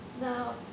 Now